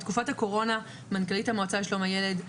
בתקופת הקורונה מנכ"לית המועצה לשלום הילד,